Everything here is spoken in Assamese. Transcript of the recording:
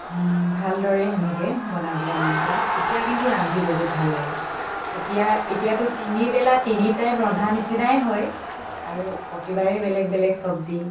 ভালদৰে সেনেকৈ বনাবলৈ মন যায় এতিয়া কিন্তু ৰান্ধি বহুত ভাল লাগে এতিয়া এতিয়াতো তিনিবেলা তিনি টাইম ৰন্ধা নিচিনাই হয় আৰু প্ৰতিবাৰেই বেলেগ বেলেগ চব্জি